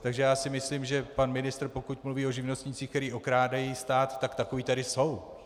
Takže já si myslím, že pan ministr, pokud mluví o živnostnících, kteří okrádají stát, tak takoví tady jsou.